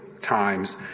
times